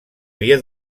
havia